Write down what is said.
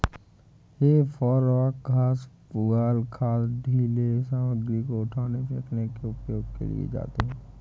हे फोर्कव घास, पुआल, खाद, ढ़ीले सामग्री को उठाने, फेंकने के लिए उपयोग किए जाते हैं